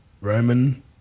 Roman